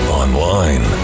online